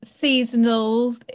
seasonal